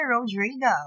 Rodrigo